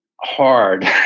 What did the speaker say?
hard